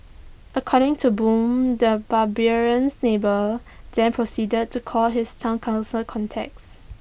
according to boo the barbarian neighbour then proceeded to call his Town Council contacts